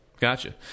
Gotcha